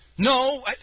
No